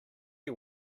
you